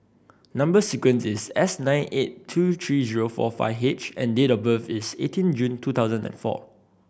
number sequence is S nine eight two three zero four five H and date of birth is eighteen June two thousand and four